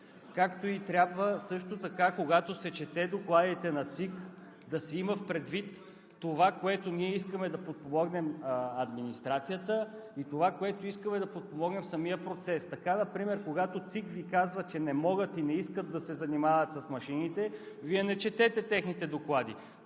както и трябва също така, когато се четат докладите на ЦИК, да се има предвид това, което ние искаме да подпомогнем администрацията, и това което искаме да подпомогнем в самия процес. Така например, когато ЦИК Ви казва, че не могат и не искат да се занимават с машините, Вие не четете техните доклади,